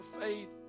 faith